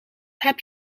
heb